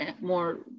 more